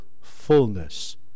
fullness